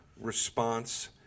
response